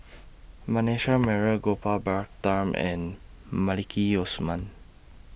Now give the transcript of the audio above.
Manasseh Meyer Gopal Baratham and Maliki Osman